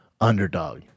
underdog